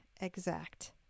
exact